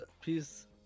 peace